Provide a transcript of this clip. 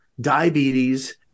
diabetes